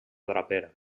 draper